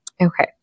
Okay